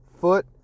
foot